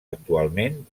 actualment